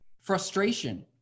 frustration